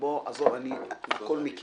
אני מכיר הכול.